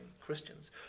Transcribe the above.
Christians